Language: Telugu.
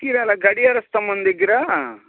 చీరాల గడియార స్తంభం దగ్గరా